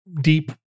deep